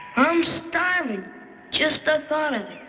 i'm starving just the thought of it.